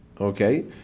Okay